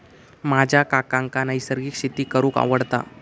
माझ्या काकांका नैसर्गिक शेती करूंक आवडता